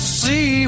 see